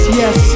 yes